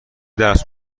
درس